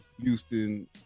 Houston